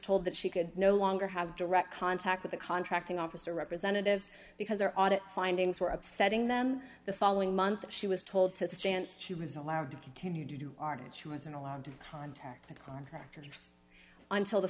told that she could no longer have direct contact with the contracting officer representatives because their audit findings were upsetting them the following month she was told to stand she was allowed to continue to do our bit she wasn't allowed to contact the contractors until the